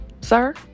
sir